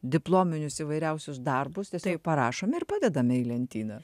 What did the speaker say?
diplominius įvairiausius darbus tiesiog parašom ir padedame į lentyną